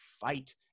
fight